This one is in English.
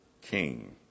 king